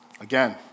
again